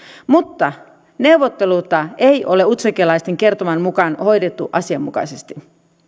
mutta neuvotteluita ei ole utsjokelaisten kertoman mukaan hoidettu asianmukaisesti